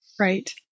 Right